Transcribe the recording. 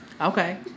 okay